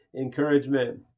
encouragement